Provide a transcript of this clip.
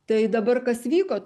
tai dabar kas vyko